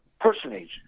personage